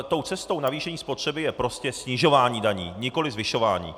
Tou cestou navýšení spotřeby je prostě snižování daní, nikoli zvyšování.